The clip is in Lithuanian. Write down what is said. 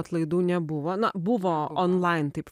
atlaidų nebuvo na buvo online taip